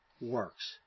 works